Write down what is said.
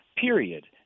period